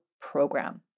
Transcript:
program